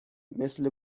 مثل